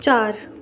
ਚਾਰ